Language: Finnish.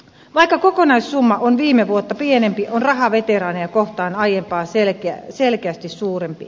vaikka kokonaissumma on viime vuotta pienempi on raha veteraaneja kohtaan aiempaa selkeästi suurempi